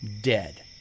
dead